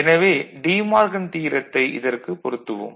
எனவே De Morgan தியரத்தை இதற்குப் பொருத்துவோம்